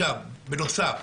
בנוסף,